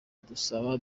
adusaba